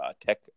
tech